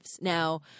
now